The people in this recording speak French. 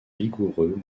vigoureux